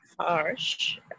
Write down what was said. harsh